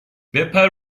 بپر